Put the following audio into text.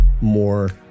more